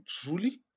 truly